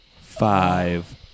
five